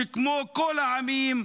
שכמו כל העמים,